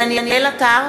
דניאל עטר,